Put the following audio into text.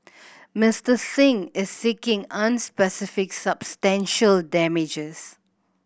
Mister Singh is seeking unspecific substantial damages